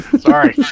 Sorry